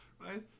right